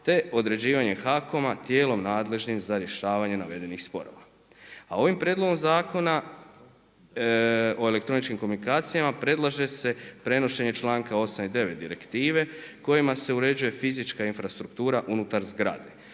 te određivanjem HAKOM-a tijelom nadležnim za rješavanje navedenih sporova. A ovim prijedlogom zakona o elektroničkim komunikacijama predlaže se prenošenje članka 8. i 9. direktive kojima se uređuje fizička infrastruktura unutar zgrade,